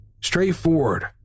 straightforward